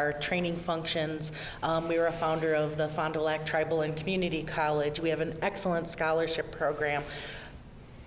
our training functions we were a founder of the fond du lac tribal and community college we have an excellent scholarship program